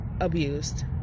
Abused